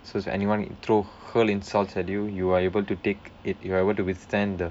so if anyone throw hurl insults at you you are able to take it if I were to withstand the